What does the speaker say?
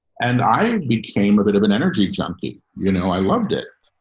and i became a bit of an energy junkie, you know, i loved it.